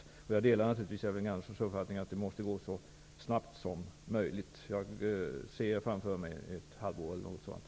Jag delar naturligtvis Elving Anderssons uppfattning att det måste gå så snabbt som möjligt. Jag kan tänka mig att det tar ungefär ett halvår.